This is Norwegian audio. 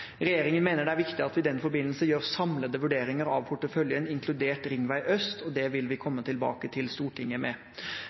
Regjeringen mener det er viktig at vi i den forbindelse gjør samlede vurderinger av porteføljen, inkludert Ringvei øst, og det vil vi